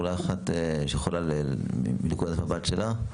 אולי נשמע את נקודת המבט שלה.